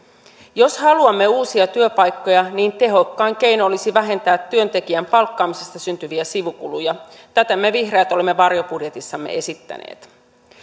jos haluamme uusia työpaikkoja niin tehokkain keino olisi vähentää työntekijän palkkaamisesta syntyviä sivukuluja tätä me vihreät olemme varjobudjetissamme esittäneet